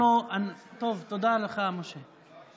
תודה לך, שלמה.